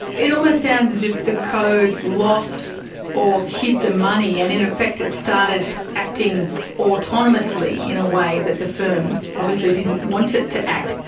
it almost sounds as if the code lost or hid the money and in effect started acting autonomously in a way that the firm obviously didn't want it to act.